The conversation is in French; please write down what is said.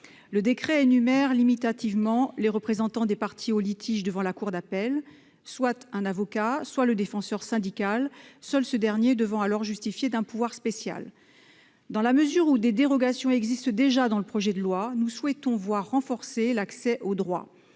précité énumère limitativement les représentants des parties au litige devant la cour d'appel : soit un avocat, soit le défenseur syndical, seul ce dernier devant alors justifier d'un pouvoir spécial. Dans la mesure où des dérogations existent déjà dans le projet de loi, nous souhaitons voir renforcé l'accès au droit.